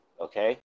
okay